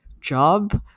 job